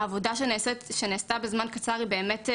העבודה שנעשתה בזמן קצר היא באמת מרשימה,